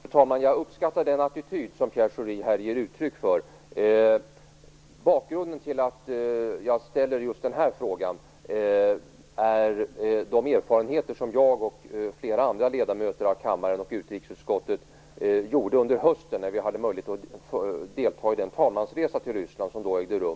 Fru talman! Jag uppskattar den attityd som Pierre Schori här ger uttryck för. Bakgrunden till att jag ställde just denna fråga är de erfarenheter som jag och flera andra ledamöter av kammaren och utrikesutskottet gjorde under hösten, då vi hade möjlighet att delta i den talmansresa till Ryssland som då ägde rum.